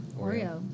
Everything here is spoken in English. Oreo